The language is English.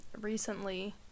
recently